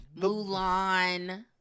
Mulan